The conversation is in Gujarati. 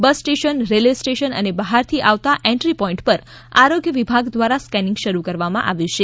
બસ સ્ટેશન રેલ્વે સ્ટેશન અને બહારથી આવતા એન્ટ્રી પોઈન્ટ પર આરોગ્ય વિભાગ દ્રારા સ્કેનીંગ શરૂ કરવામાં આવ્યું છે